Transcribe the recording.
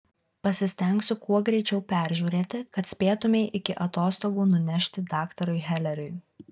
pasistengsiu kuo greičiau peržiūrėti kad spėtumei iki atostogų nunešti daktarui heleriui